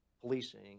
policing